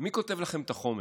מי כותב לכם את החומר?